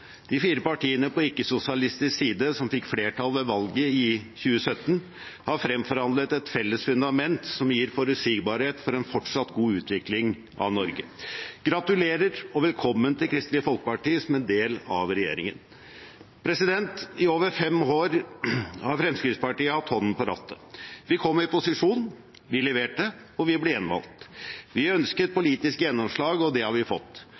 De fire partiene på ikke-sosialistisk side som fikk flertall ved valget i 2017, har fremforhandlet et felles fundament som gir forutsigbarhet for en fortsatt god utvikling av Norge. Gratulerer og velkommen til Kristelig Folkeparti som en del av regjeringen! I over fem år har Fremskrittspartiet hatt hånden på rattet. Vi kom i posisjon, vi leverte, og vi ble gjenvalgt. Vi ønsket politiske gjennomslag, og det har vi fått.